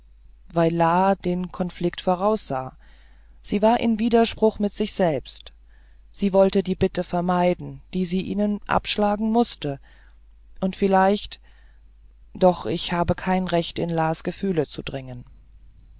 weil la den konflikt voraussah sie war in widerspruch mit sich selbst sie wollte die bitte vermeiden die sie ihnen abschlagen mußte und vielleicht doch ich habe kein recht in las gefühle zu dringen